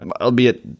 albeit